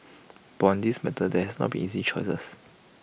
but on this matter there has not be easy choices